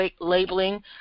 labeling